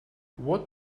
what